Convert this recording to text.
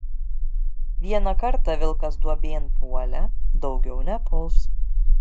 vieną kartą vilkas duobėn puolė daugiau nepuls